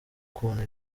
kuntu